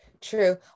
true